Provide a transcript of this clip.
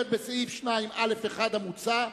ההסתייגות אומרת: "בסעיף 2א(1) המוצע,